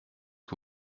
que